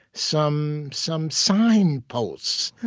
some some signposts,